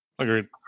Agreed